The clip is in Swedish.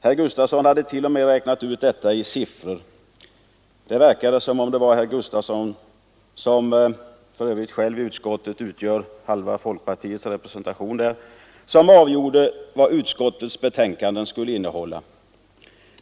Herr Gustafson hade t.o.m. räknat ut detta i siffror. Det verkade som om det var herr Gustafson — som för övrigt själv utgör halva folkpartiets representation i utskottet — som avgjorde vad utskottets betänkande skulle innehålla.